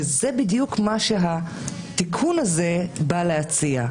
וזה בדיוק מה שהתיקון הזה בא להציע.